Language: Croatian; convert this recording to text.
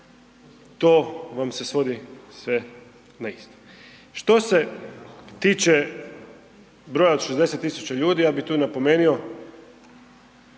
to vam se svodi sve na isto. Što se tiče broja od 60 000 ljudi ja bi tu napomenio